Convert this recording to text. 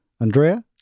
Andrea